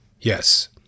yes